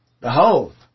Behold